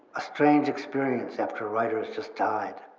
a strange experience after a writer has just died.